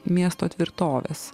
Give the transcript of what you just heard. miesto tvirtovės